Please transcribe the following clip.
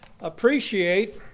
appreciate